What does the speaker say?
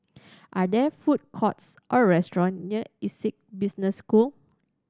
are there food courts or restaurant near Essec Business School